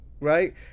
right